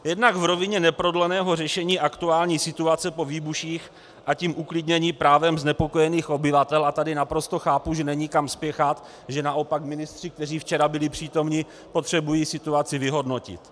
Jednak v rovině neprodleného řešení aktuální situace po výbuších, a tím uklidnění právem znepokojených obyvatel a tady naprosto chápu, že není kam spěchat, že naopak ministři, kteří včera byli přítomni, potřebují situaci vyhodnotit.